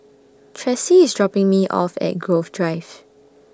Tressie IS dropping Me off At Grove Drive